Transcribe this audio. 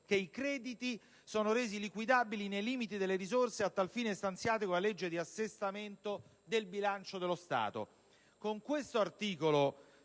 che «i crediti sono resi liquidabili nei limiti delle risorse a tal fine stanziate con la legge di assestamento del bilancio dello Stato».